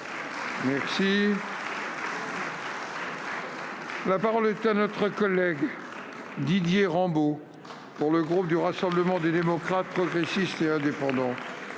! La parole est à M. Didier Rambaud, pour le groupe Rassemblement des démocrates, progressistes et indépendants.